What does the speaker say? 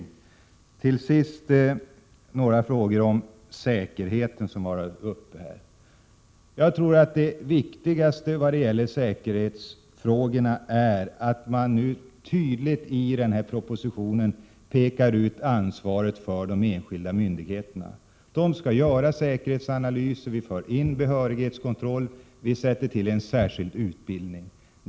Så till några frågor om säkerheten som har varit uppe här. Jag tror att det viktigaste vad gäller säkerhetsfrågorna är att vi nu tydligt i propositionen pekar ut ansvaret för de enskilda myndigheterna. De skall göra säkerhetsanalyser, vi för in behörighetskontroll, och vi sätter in en särskild utbildning.